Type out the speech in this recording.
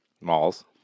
Malls